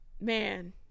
man